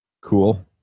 Cool